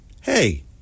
hey